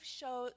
show